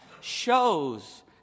shows